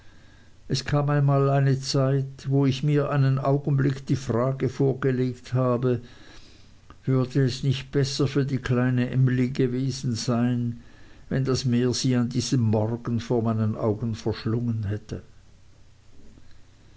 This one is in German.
es kam einmal eine zeit wo ich mir einen augenblick die frage vorgelegt habe würde es nicht besser für die kleine emly gewesen sein wenn das meer sie an diesem morgen vor meinen augen verschlungen hätte